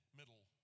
middle